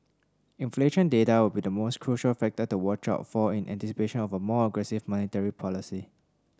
inflation data will be the most crucial factor to watch out for in anticipation of a more aggressive monetary policy